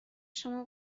شما